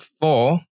four